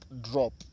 drop